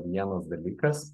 vienas dalykas